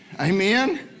Amen